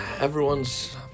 everyone's